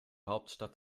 hauptstadt